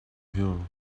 hill